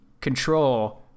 control